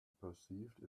perceived